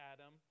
Adam